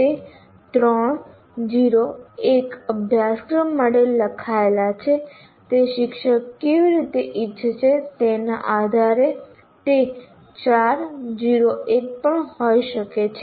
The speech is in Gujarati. તે 3 0 1 અભ્યાસક્રમ માટે લખાયેલ છે તે શિક્ષક કેવી રીતે ઇચ્છે છે તેના આધારે તે 4 0 1 પણ હોઈ શકે છે